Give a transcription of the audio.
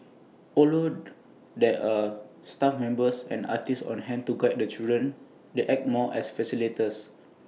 although there are staff members and artists on hand to guide the children they act more as facilitators